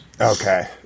Okay